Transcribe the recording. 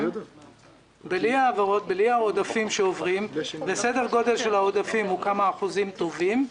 בלי העודפים שעוברים וסדר הגודל של העודפים הוא כמה אחוזים טובים.